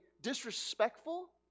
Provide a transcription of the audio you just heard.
disrespectful